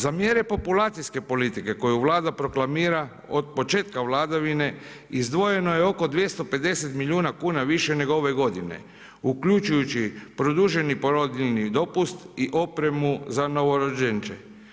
Za mjere populacijske politike koju Vlada proklamira od početka vladavine, izdvojeno je oko 250 milijuna kuna više nego ove godine uključujući produženi porodiljni dopust i opremu za novorođenče.